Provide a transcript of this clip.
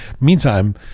meantime